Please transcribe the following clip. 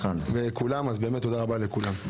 תודה רבה לכולם.